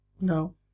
No